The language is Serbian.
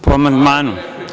Po amandmanu.